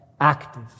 active